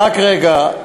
רק רגע.